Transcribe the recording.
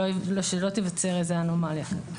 שלא תיווצר איזו אנומליה.